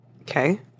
Okay